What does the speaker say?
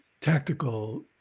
tactical